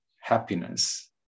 happiness